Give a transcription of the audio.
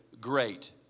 great